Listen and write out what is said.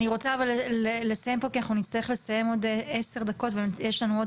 אבל אני רוצה לסיים פה כי אנחנו נצטרך לסיים עוד עשר דקות ויש לנו עוד